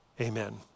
Amen